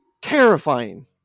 terrifying